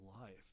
life